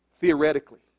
Theoretically